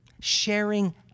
Sharing